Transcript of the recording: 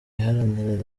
iharanira